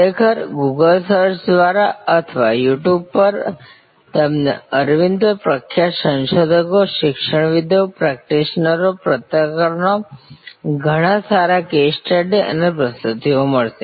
ખરેખર Google search દ્વારા અથવા યુ ટ્યુબ પર તમને અરવિંદ પર પ્રખ્યાત સંશોધકો શિક્ષણવિદો પ્રેક્ટિશનરો પત્રકારોના ઘણા સારા કેસ સ્ટડી અને પ્રસ્તુતિઓ મળશે